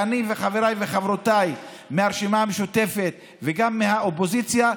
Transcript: אני וחבריי וחברותיי מהרשימה המשותפת וגם מהאופוזיציה,